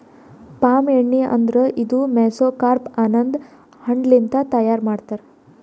palm ಎಣ್ಣಿ ಅಂದುರ್ ಇದು ಮೆಸೊಕಾರ್ಪ್ ಅನದ್ ಹಣ್ಣ ಲಿಂತ್ ತೈಯಾರ್ ಮಾಡ್ತಾರ್